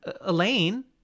Elaine